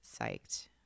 psyched